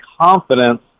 confidence